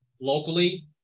locally